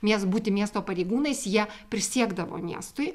nes būti miesto pareigūnais jie prisiekdavo miestui